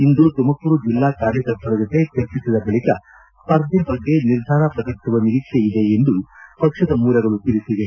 ಇಂದು ತುಮಕೂರು ಜಿಲ್ಲಾ ಕಾರ್ಯಕರ್ತರ ಜೊತೆ ಚರ್ಜಿಸಿದ ಬಳಿಕ ಸ್ಪರ್ಧೆ ಬಗ್ಗೆ ನಿರ್ಧಾರ ಪ್ರಕಟಿಸುವ ನಿರೀಕ್ಷೆ ಇದೆ ಎಂದು ಪಕ್ಷದ ಮೂಲಗಳು ತಿಳಿಸಿವೆ